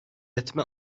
etme